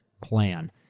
plan